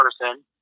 person